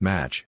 Match